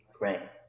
Right